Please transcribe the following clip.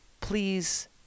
Please